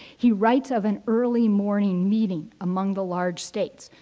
he writes of an early morning meeting among the large states,